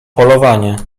polowanie